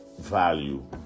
value